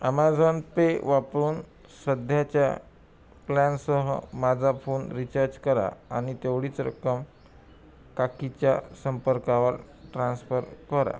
Amazon pay वापरून सध्याच्या प्लॅनसह माझा फोन रिचार्ज करा आणि तेवढीच रक्कम काकीच्या संपर्कावर ट्रान्स्फर करा